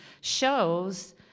shows